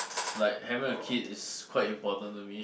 like having a kid is quite important to me